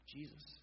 Jesus